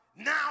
now